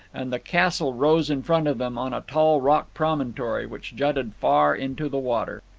and the castle rose in front of them on a tall rocky promontory, which jutted far into the water.